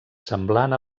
semblant